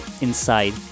inside